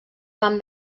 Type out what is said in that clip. van